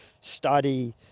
study